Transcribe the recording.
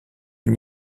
une